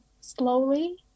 slowly